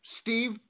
Steve